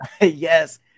Yes